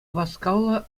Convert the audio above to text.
васкавлӑ